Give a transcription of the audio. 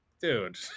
dude